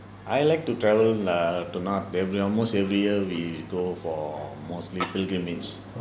I like to travel err not every almost every year we go for mostly pilgrimage